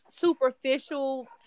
superficial